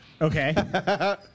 Okay